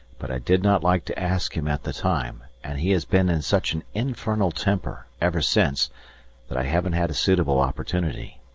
but i did not like to ask him at the time and he has been in such an infernal temper ever since that i haven't had a suitable opportunity.